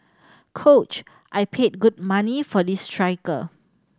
coach I paid good money for this striker